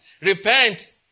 Repent